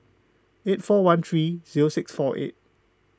eight four one three zero six four eight